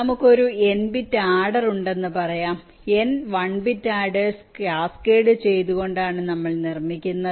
നമുക്ക് ഒരു n bit adder ഉണ്ടെന്ന് പറയാം n 1 bit adders കാസ്കേഡ് ചെയ്തുകൊണ്ടാണ് നമ്മൾ നിർമ്മിക്കുന്നത്